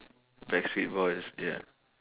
backstreet boys ya